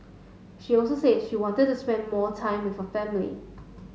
she also said she wanted to spend more time with her family